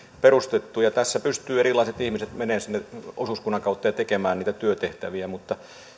perustettu ja tässä pystyvät erilaiset ihmiset menemään sinne osuuskunnan kautta tekemään niitä työtehtäviä mutta